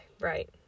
Right